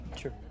Sure